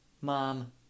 mom